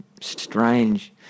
strange